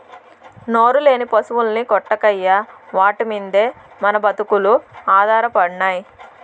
నోరులేని పశుల్ని కొట్టకయ్యా వాటి మిందే మన బ్రతుకులు ఆధారపడినై